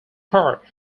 part